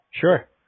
Sure